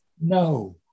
No